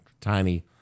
tiny